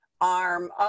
arm